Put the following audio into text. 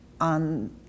on